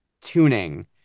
tuning